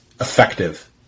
effective